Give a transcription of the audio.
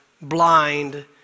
blind